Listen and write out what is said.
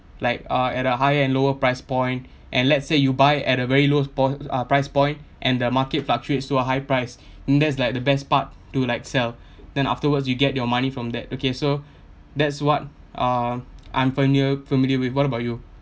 like uh at a higher and lower price point and let's say you buy at a very low pr~ uh price point and the market fluctuates so high price that is like the best part to like sell then afterwards you get your money from that okay so that's what uh I'm familiar familiar with what about you